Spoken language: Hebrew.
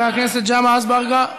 חבר הכנסת יוסף ג'בארין,